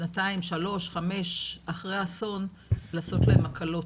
שנתיים, שלוש, חמש אחרי האסון, לעשות להם הקלות.